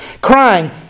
crying